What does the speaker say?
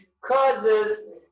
causes